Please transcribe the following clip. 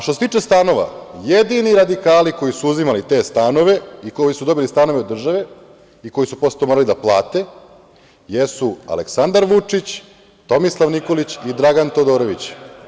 Što se tiče stanova, jedini radikali koji su uzimali te stanove i koji su dobili stanove od države i koji su posle to morali da plate, jesu Aleksandar Vučić, Tomislav Nikolić i Dragan Todorović.